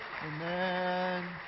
Amen